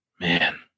Man